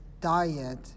diet